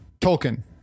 Tolkien